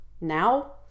Now